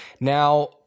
Now